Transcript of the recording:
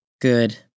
Good